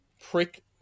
prick